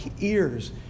ears